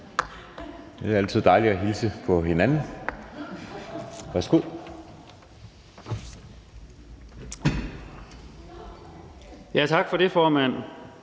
Det er altid dejligt at hilse på hinanden. Værsgo.